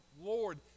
Lord